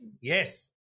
yes